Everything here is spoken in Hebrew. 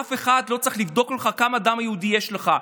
ואף אחד לא צריך לבדוק כמה דם יהודי יש לך,